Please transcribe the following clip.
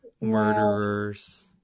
murderers